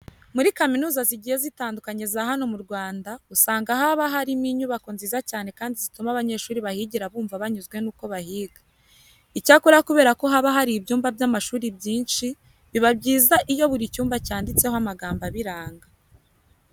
Muri kaminuza zigiye zitandukanye za hano mu Rwanda usanga haba hari inyubako nziza cyane kandi zituma abanyeshuri bahigira bumva banyuzwe nuko bahiga. Icyakora kubera ko haba hari ibyumba by'amashuri byinshi biba byiza iyo buri cyumba cyanditseho amagambo abiranga.